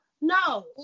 No